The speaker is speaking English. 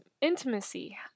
intimacy